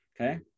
Okay